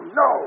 no